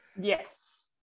Yes